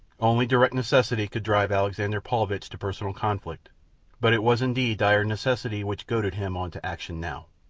only direct necessity could drive alexander paulvitch to personal conflict but it was indeed dire necessity which goaded him on to action now.